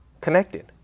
connected